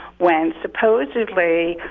when supposedly,